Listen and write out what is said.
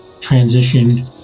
transition